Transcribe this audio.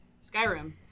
Skyrim